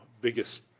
biggest